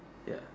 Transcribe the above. ya